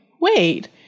wait